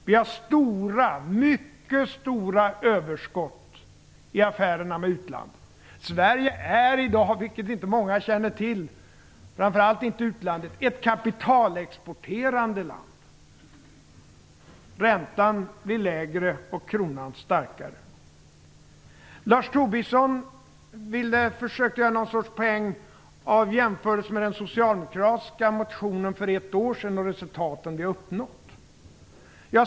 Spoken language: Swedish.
Vi har mycket stora överskott i affärerna med utlandet. Sverige är i dag, vilket inte många känner till, framför allt inte i utlandet, ett kapitalexporterande land. Räntan blir lägre och kronan starkare. Lars Tobisson försökte göra någon sorts poäng av jämförelsen med den socialdemokratiska motionen för ett år sedan och resultaten vi har uppnått.